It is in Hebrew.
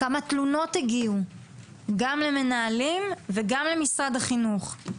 כמה תלונות הגיעו למנהלים ולמשרד החינוך,